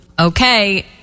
Okay